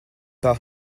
pas